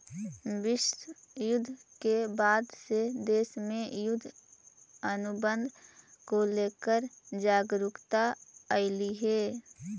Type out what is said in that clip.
विश्व युद्ध के बाद से देश में युद्ध अनुबंध को लेकर जागरूकता अइलइ हे